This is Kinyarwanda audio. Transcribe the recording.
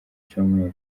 cyumweru